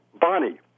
Bonnie